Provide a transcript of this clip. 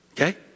Okay